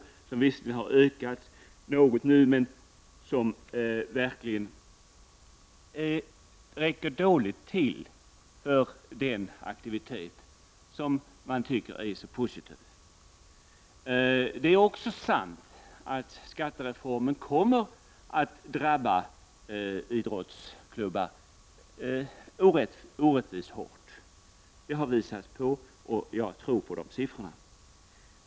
Stödet har visserligen ökats något nu, men det räckerverkligen inte till för aktiviteter som man tycker är så positiva. Det är också sant att skattereformen kommer att drabba idrottsklubbar orättvist hårt. Det har visats genom exempel, och jag tror på de siffrorna.